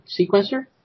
sequencer